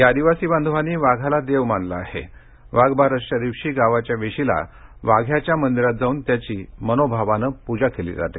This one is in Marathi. या आदिवासी बांधवांनी वाघाला देव मानलं आहे वाघबारसच्या दिवशी गावाच्या वेशीला वाघ्याच्या मंदिरात जाऊन त्याची मनोभावाने पूजा केली जाते